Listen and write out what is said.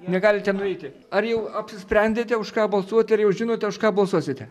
negalite nueiti ar jau apsisprendėte už ką balsuoti ar jau žinote už ką balsuosite